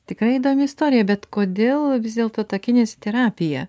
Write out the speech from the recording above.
tikrai įdomi istorija bet kodėl vis dėlto ta kineziterapija